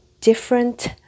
different